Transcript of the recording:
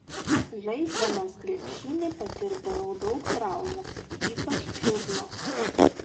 žaisdamas krepšinį patirdavau daug traumų ypač čiurnos